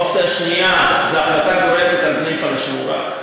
אופציה שנייה היא החלטה גורפת על בני הפלאשמורה,